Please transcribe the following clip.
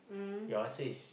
your answer is